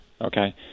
Okay